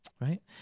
Right